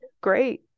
Great